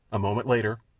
a moment later,